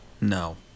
no